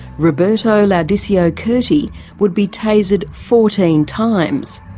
roberto laudisio curti would be tasered fourteen times,